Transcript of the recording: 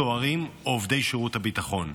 הסוהרים או עובדי שירות הביטחון.